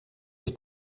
ich